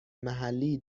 محلی